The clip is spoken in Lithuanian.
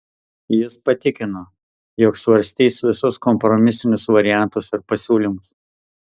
jis patikino jog svarstys visus kompromisinius variantus ir pasiūlymus